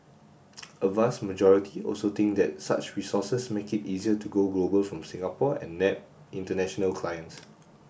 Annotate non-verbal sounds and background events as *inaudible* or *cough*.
*noise* a vast majority also think that such resources make it easier to go global from Singapore and nab international clients